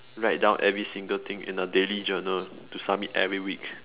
write down every single thing in a daily journal to submit every week